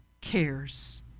cares